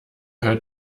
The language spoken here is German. hört